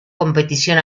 competición